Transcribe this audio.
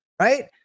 right